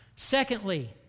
Secondly